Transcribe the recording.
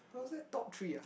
was it top three ah